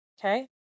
Okay